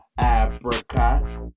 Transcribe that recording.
apricot